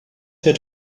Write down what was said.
hit